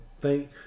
thank